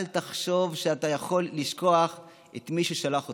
אל תחשוב שאתה יכול לשכוח את מי ששלח אותך.